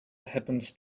happens